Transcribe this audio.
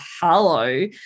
hello